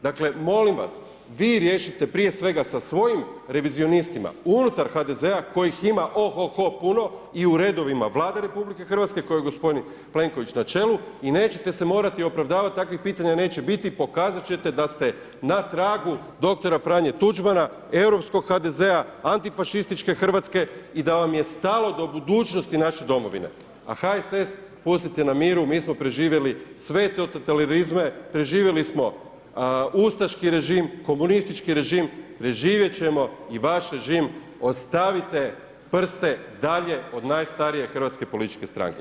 Dakle molim vas, vi riješite prije svega sa svojim revizionistima unutar HDZ-a kojih ima oho-ho puno i u redovima Vlade RH kojoj je gospodin Plenković na čelu i nećete se morati opravdavati, takvih pitanja neće biti, pokazat ćete da s te na tragu dr. Franje Tuđmana, europskog HDZ-a, antifašističke Hrvatske i da vam je stalo do budućnosti naše domovine a HSS pustite na miru, mi smo preživjeli sve totalitarizme, preživjeli smo ustaški režim, komunistički režim, preživjet ćemo i vaš režim, ostavite prste dalje od najstarije hrvatske političke stranke.